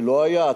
ולא היה.